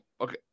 Okay